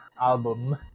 album